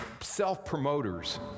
self-promoters